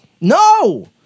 No